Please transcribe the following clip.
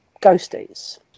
ghosties